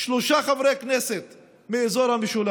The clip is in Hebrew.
שלושה חברי כנסת מאזור המשולש,